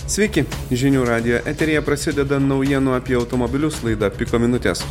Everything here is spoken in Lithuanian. sveiki žinių radijo eteryje prasideda naujienų apie automobilius laida piko minutės